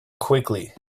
quickly